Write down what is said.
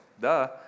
duh